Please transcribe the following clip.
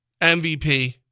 MVP